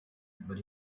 but